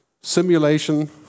simulation